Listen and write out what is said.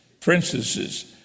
princesses